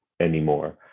anymore